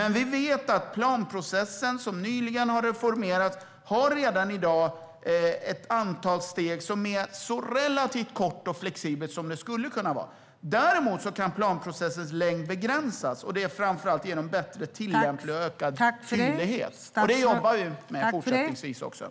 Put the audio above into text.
Men vi vet att planprocessen som nyligen har reformerats redan i dag har ett antal steg och är relativt kort och så flexibel som den skulle kunna vara. Däremot kan planprocessens längd begränsas, framför allt genom bättre tillämpning och ökad tydlighet. Det jobbar vi fortsättningsvis med.